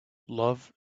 love